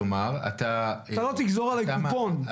אתה לא תגזור עליי קופון.